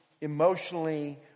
emotionally